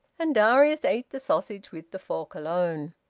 and darius ate the sausage with the fork alone.